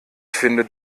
finde